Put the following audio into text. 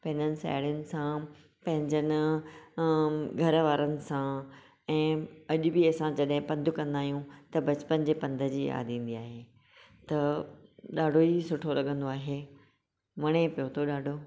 पंहिंजनि साहेड़ियुनि सां पंहिंजनि घर वारनि सां ऐं अॼु बि असां जॾहिं पंधु कंदा आहियूं त बचपन जे पंधु जी यादि ईंदी आहे त ॾाढो ही सुठो लॻंदो आहे वणे पियो थो ॾाढो